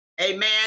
Amen